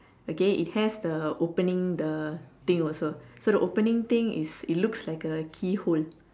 okay it has the opening the thing also so the opening thing is it looks like a key hole